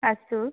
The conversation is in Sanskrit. अस्तु